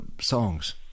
songs